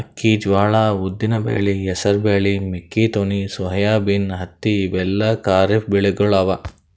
ಅಕ್ಕಿ, ಜ್ವಾಳಾ, ಉದ್ದಿನ್ ಬ್ಯಾಳಿ, ಹೆಸರ್ ಬ್ಯಾಳಿ, ಮೆಕ್ಕಿತೆನಿ, ಸೋಯಾಬೀನ್, ಹತ್ತಿ ಇವೆಲ್ಲ ಖರೀಫ್ ಬೆಳಿಗೊಳ್ ಅವಾ